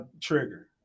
trigger